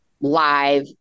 live